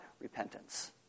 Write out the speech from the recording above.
repentance